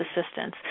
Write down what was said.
assistance